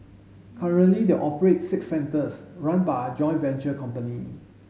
currently they operate six centres run by a joint venture company